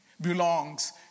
belongs